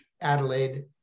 Adelaide